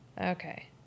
Okay